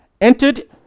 entered